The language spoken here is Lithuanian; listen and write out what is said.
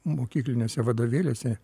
mokykliniuose vadovėliuose